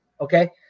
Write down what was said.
Okay